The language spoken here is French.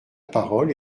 parole